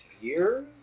years